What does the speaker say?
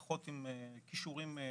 פחות עם כישורי רווחה.